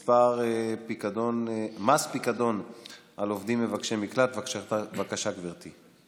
מס פיקדון על עובדים מבקשי מקלט, בבקשה, גברתי.